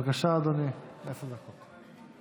בבקשה, אדוני, עשר דקות.